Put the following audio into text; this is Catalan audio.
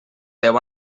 deu